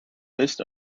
list